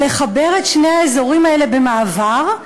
לחבר את שני האזורים האלה במעבר.